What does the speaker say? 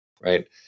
right